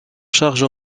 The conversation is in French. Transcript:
charge